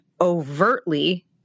overtly